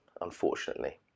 unfortunately